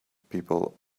people